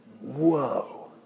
Whoa